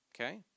Okay